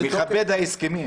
מכבד ההסכמים.